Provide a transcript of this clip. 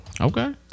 Okay